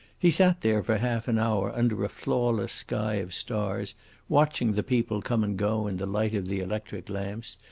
he sat there for half an hour under a flawless sky of stars watching the people come and go in the light of the electric lamps,